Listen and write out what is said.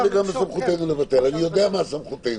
אני יודע מה סמכותנו.